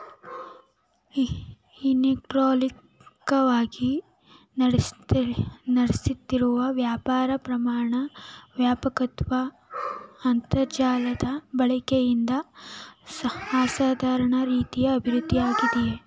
ಇಲೆಕ್ಟ್ರಾನಿಕವಾಗಿ ನಡೆಸ್ಲಾಗ್ತಿರೋ ವ್ಯಾಪಾರ ಪ್ರಮಾಣ ವ್ಯಾಪಕ್ವಾದ ಅಂತರ್ಜಾಲದ ಬಳಕೆಯಿಂದ ಅಸಾಧಾರಣ ರೀತಿ ಅಭಿವೃದ್ಧಿಯಾಗಯ್ತೆ